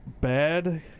bad